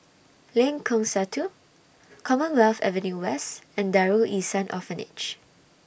Lengkong Satu Commonwealth Avenue West and Darul Ihsan Orphanage